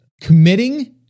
committing